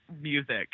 music